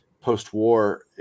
post-war